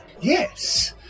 Yes